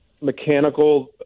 mechanical